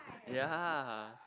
ya